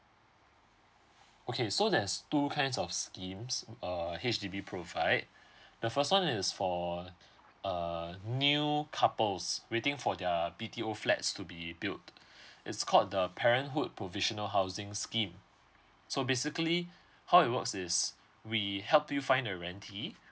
okay so there's two kinds of schemes err H_D_B provide the first one is for uh new couples waiting for their B T O flats to be built it's called the parenthood provisional housing scheme so basically how it works is we help you find the rentier